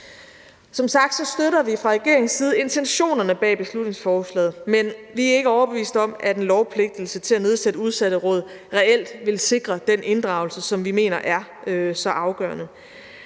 Som sagt støtter vi fra regeringens side intentionerne bag beslutningsforslaget, men vi er ikke overbevist om, at en pligt til at nedsætte udsatteråd reelt vil sikre den inddragelse, som vi mener er så afgørende.